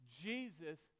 Jesus